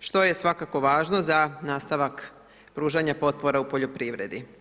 što je svakako važno za nastavak pružanja potpore u poljoprivredi.